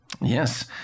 Yes